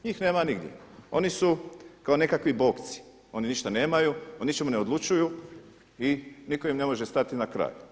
Njih nema nigdje, oni su kao nekakvi bokci, oni ništa nemaju, o ničemu ne odlučuju i nitko im ne može stati na kraj.